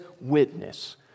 witness